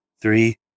three